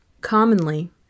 Commonly